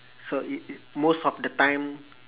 so it it most of the time